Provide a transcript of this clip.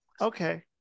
okay